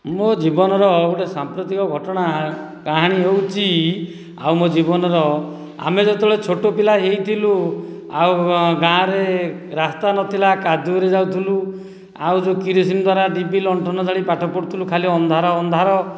ମୋ ଜୀବନର ଗୋଟେ ସାମ୍ପ୍ରତିକ ଘଟଣା କାହାଣୀ ହେଉଛି ଆଉ ମୋ ଜୀବନର ଆମେ ଯେତେବେଳେ ଛୋଟପିଲା ହେଇଥିଲୁ ଆଉ ଗାଁରେ ରାସ୍ତା ନଥିଲା କାଦୁଅରେ ଯାଉଥିଲୁ ଆଉ ଯେଉଁ କିରୋସିନି ଦ୍ୱାରା ଡିବି ଲଣ୍ଠନ ଜାଳି ପାଠ ପଢ଼ୁଥିଲୁ ଖାଲି ଅନ୍ଧାର ଅନ୍ଧାର